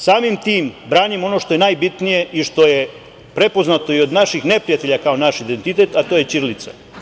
Samim tim, branimo ono što je najbitnije i što je prepoznato i od naših neprijatelja kao naš identitet, a to je ćirilica.